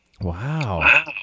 Wow